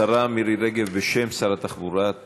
השרה מירי רגב תשיב בשם שר התחבורה.